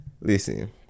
Listen